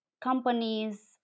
companies